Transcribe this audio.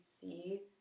see